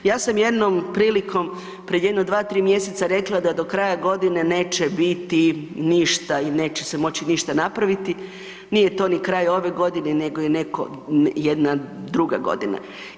Ja sam jednom prilikom prije jedno 2,3 mj. rekla da do kraja godine neće biti ništa i neće se moći ništa napraviti, nije to ni kraj ove godine nego je jedna druga godina.